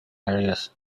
areas